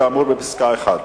כאמור בפסקה (1).